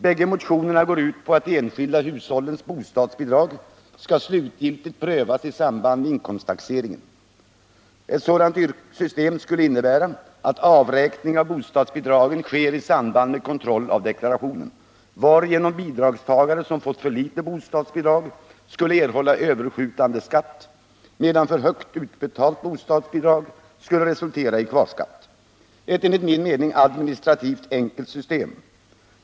Bägge motionerna går ut på att de enskilda hushållens bostadsbidrag skall slutligt prövas i samband med inkomsttaxeringen. Ett sådant system skulle innebära att avräkning av bostadsbidragen sker i samband med kontroll av deklarationen, varigenom bidragstagare som fått för litet bostadsbidrag skulle erhålla överskjutande skatt medan för högt utbetalt bostadsbidrag skulle resultera i kvarskatt. Enligt min mening är detta ett administrativt enkelt system.